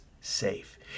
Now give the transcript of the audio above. safe